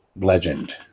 legend